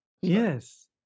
Yes